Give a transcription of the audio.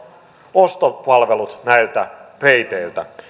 ostopalvelut näiltä reiteiltä